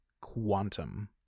quantum